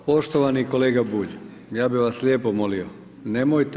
Poštovani kolega Bulj ja bih vas lijepo molio nemojte.